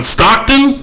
Stockton